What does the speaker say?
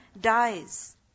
dies